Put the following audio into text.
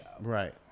Right